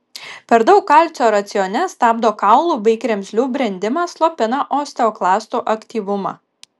per daug kalcio racione stabdo kaulų bei kremzlių brendimą slopina osteoklastų aktyvumą